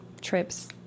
trips